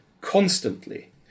constantly